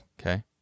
okay